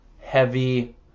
heavy